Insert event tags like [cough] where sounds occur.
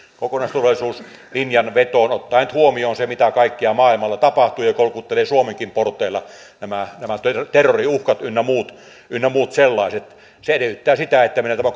kokonaisturvallisuuslinjanvetoon ottaen nyt huomioon mitä kaikkea maailmalla tapahtuu ja kolkuttelee suomenkin porteilla nämä nämä terroriuhkat ynnä muut ynnä muut sellaiset se edellyttää sitä että meillä tämä [unintelligible]